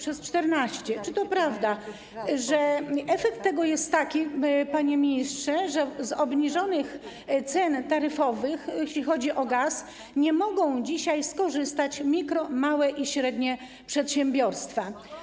Czy to prawda, że efekt tego jest taki, panie ministrze, że z obniżonych cen taryfowych, jeśli chodzi o gaz, nie mogą dzisiaj skorzystać mikro-, małe i średnie przedsiębiorstwa?